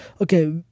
okay